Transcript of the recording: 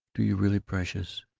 do you really, precious?